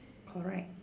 correct